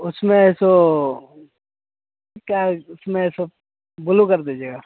उसमें सो क्या है उसमें यह सब बुलू कर दीजिएगा